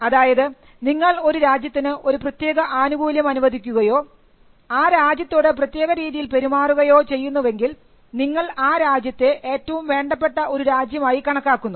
അതായത് നിങ്ങൾ ഒരു രാജ്യത്തിന് ഒരു പ്രത്യേക ആനുകൂല്യം അനുവദിക്കുകയോ ആ രാജ്യത്തോട് പ്രത്യേക രീതിയിൽ പെരുമാറുകയോ ചെയ്യുന്നുവെങ്കിൽ നിങ്ങൾ ആ രാജ്യത്തെ ഏറ്റവും വേണ്ടപ്പെട്ട ഒരു രാജ്യം ആയി കണക്കാക്കുന്നു